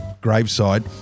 graveside